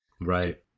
Right